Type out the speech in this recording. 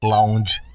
Lounge